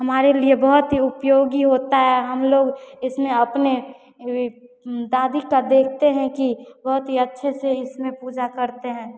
हमारे लिए बहुत ही उपयोगी होती है हमलोग इसमें अपनी दादी को देखते हैं कि बहुत ही अच्छे से इसमें पूजा करती हैं